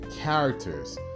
characters